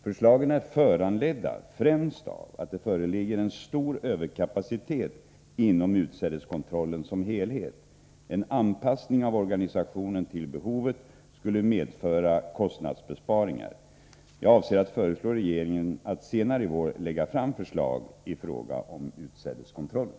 Förslagen är föranledda främst av att det föreligger en stor överkapacitet inom utsädeskontrollen som helhet. En anpassning av organisationen till behovet skulle medföra kostnadsbesparingar. Jag avser att föreslå regeringen att senare i vår lägga fram förslag i fråga om utsädeskontrollen.